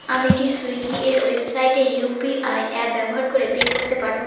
আমি কি সুইগি এর ওয়েবসাইটে ইউপিআই অ্যাপ ব্যবহার করে পে করতে পারব